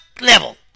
level